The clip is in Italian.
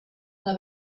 una